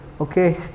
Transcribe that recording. Okay